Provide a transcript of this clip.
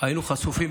היינו חשופים,